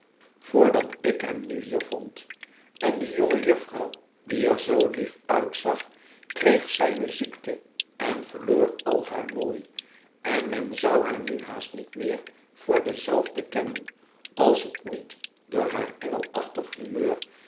ik hem nu hier vond en die jonge jufvrouw diè er zoo lief uitzag kreeg zijne ziekte en verloor al haar mooi en men zou haar nu haast niet meer voor dezelfde kennen als het niet door haar engelachtig humeur